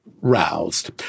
roused